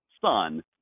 son